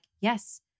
yes